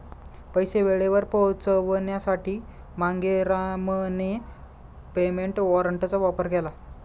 पैसे वेळेवर पोहोचवण्यासाठी मांगेरामने पेमेंट वॉरंटचा वापर केला